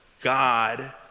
God